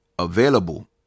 available